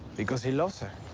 because he loves her.